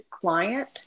client